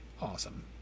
awesome